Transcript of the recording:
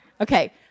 Okay